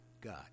God